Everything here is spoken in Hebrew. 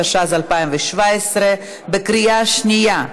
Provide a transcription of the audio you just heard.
התשע"ז 2017. קריאה השנייה.